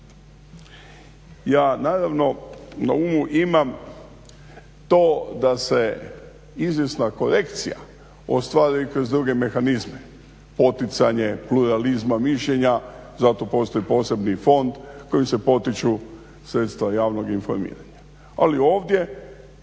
Ja naravno na umu imam to da se izvjesna korekcija ostvari kroz druge mehanizme, poticanje pluralizma mišljenja, zato postoji posebni fond kojim se potiču sredstva javnog informiranja, ali ovdje